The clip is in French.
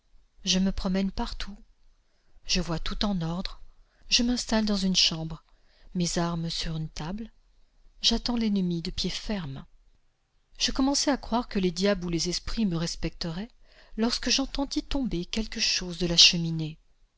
je me promène partout je vois tout en ordre je m'installe dans une chambre mes armes sur une table j'attends l'ennemi de pied ferme je commençais à croire que les diables ou les esprits me respecteraient lorsque j'entendis tomber quelque chose de la cheminée